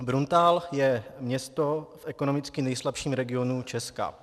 Bruntál je město v ekonomicky nejslabším regionu Česka.